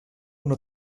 una